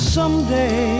Someday